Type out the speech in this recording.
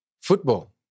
Football